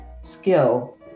skill